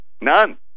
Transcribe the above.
None